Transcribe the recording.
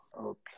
Okay